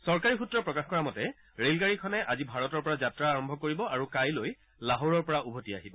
চৰকাৰী সূত্ৰই প্ৰকাশ কৰা মতে ৰে'লগাড়ীখনে আজি ভাৰতৰ পৰা যাত্ৰা আৰম্ভ কৰিব আৰু কাইলৈ লাহোৰৰ পৰা উভতি আহিব